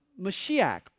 Mashiach